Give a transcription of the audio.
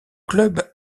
club